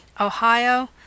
Ohio